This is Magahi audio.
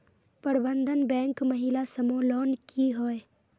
प्रबंधन बैंक महिला समूह लोन की होय?